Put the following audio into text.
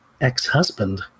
ex-husband